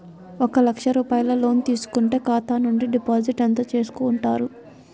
ఒక లక్ష రూపాయలు లోన్ తీసుకుంటే ఖాతా నుండి డిపాజిట్ ఎంత చేసుకుంటారు?